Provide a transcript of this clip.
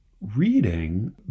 reading